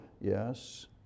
Yes